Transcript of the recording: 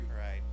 Right